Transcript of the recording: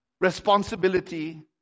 responsibility